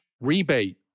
rebate